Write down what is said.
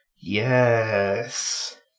Yes